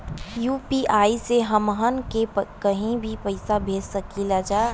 UPI से हमहन के कहीं भी पैसा भेज सकीला जा?